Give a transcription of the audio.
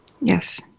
Yes